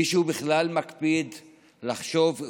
מישהו בכלל מקפיד לחשוב,